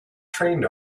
trained